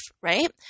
right